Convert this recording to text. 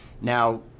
now